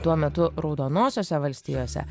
tuo metu raudonosiose valstijose